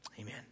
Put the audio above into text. Amen